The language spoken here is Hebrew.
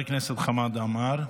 חבר הכנסת חמד עמאר,